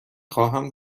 خواهم